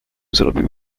zrobił